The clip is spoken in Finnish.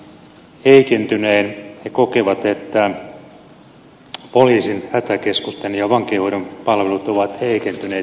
he kokevat että poliisin hätäkeskusten ja vankeinhoidon palvelut ovat heikentyneet